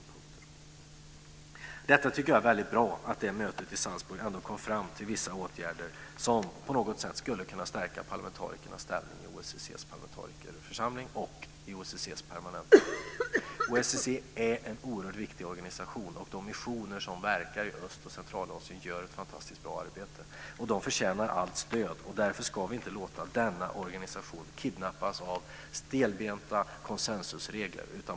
Jag tycker att det är väldigt bra att mötet i Salzburg ändå kom fram till vissa åtgärder som på något sätt skulle kunna stärka parlamentarikernas ställning i OSSE:s parlamentarikerförsamling och i OSSE:s permanenta råd. OSSE är en oerhört viktig organisation, och de missioner som verkar i Öst och Centralasien gör ett fantastiskt bra arbete. De förtjänar allt stöd, och därför ska vi inte låta denna organisation kidnappas av stelbenta konsensusregler.